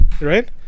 Right